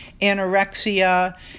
anorexia